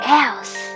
else